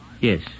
Yes